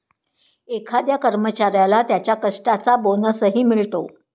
एखाद्या कर्मचाऱ्याला त्याच्या कष्टाचा बोनसही मिळतो